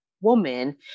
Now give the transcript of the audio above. woman